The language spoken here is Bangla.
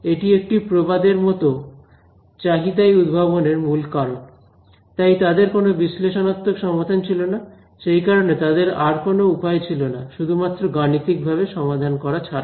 এটি একটা প্রবাদের মতন চাহিদাই উদ্ভাবনের মূল কারণ তাই তাদের কোন বিশ্লেষণাত্মক সমাধান ছিল না সেই কারণে তাদের আর কোন উপায় ছিল না শুধুমাত্র গাণিতিকভাবে সমাধান করা ছাড়া